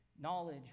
Knowledge